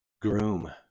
groom